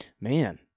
man